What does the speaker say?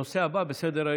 הנושא הבא בסדר-היום,